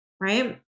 Right